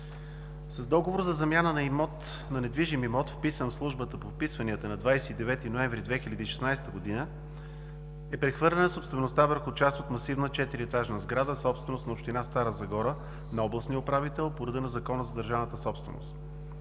С договор за замяна на недвижим имот, вписан в Службата по вписванията на 29 ноември 2016 г., е прехвърлена собствеността върху част от масивна 4-етажна сграда, собственост на община Стара Загора, на областния управител, по реда на Закона за държавната собственост.